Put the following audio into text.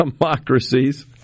democracies